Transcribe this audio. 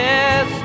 Yes